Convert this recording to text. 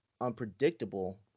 unpredictable